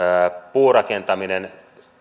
puurakentaminen